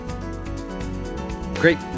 Great